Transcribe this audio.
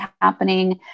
happening